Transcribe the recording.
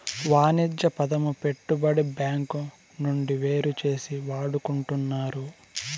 వాణిజ్య పదము పెట్టుబడి బ్యాంకు నుండి వేరుచేసి వాడుకుంటున్నారు